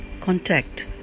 Contact